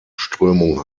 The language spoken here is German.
strömung